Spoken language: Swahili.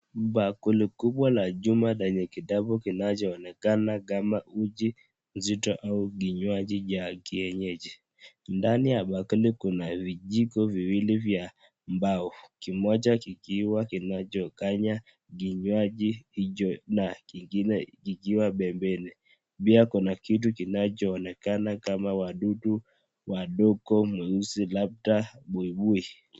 Bwakuli kubwa la chuma lenye kitabu kinachoonekana kama uji nzito au kinywaji cha kienyeji. Ndani ya bakuli kuna vijiko viwili vya mbao kimoja kikiwa kinachokanya kinywaji hicho na kingine kikiwa pembeni pia kuna kitu kinachoonekana kama wadudu wadogo weusi labda buibui.